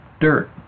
dirt